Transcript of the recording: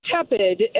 tepid